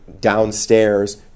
downstairs